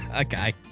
Okay